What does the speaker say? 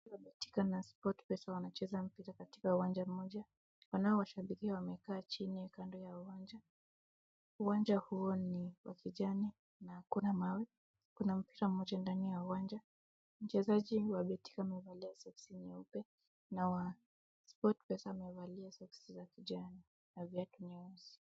Watu wa betika na sportpesa wanacheza mpira katika uwanja moja, wanaowashabikia wamekaa chini kando ya uwanja, uwanja huo ni wa kijani na hakuna mawe. Kuna mpira moja ndani ya uwanja, mchezaji wa betika amevalia socks nyeupe na wa sportpesa amevalia socks za kijani na viatu nyeusi.